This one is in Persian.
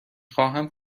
خواهم